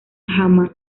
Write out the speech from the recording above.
jamás